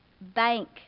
bank